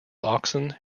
oxen